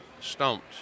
stumped